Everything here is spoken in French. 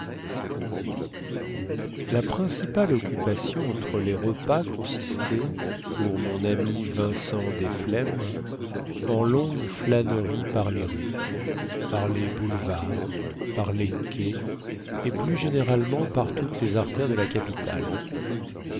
la principale occupation entre les repas consistait pour mon ami vincent desflemmes en longues flâneries par les rues par les boulevards par les quais et plus généralement par toutes les artères de la capitale